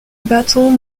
battle